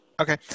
Okay